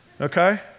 Okay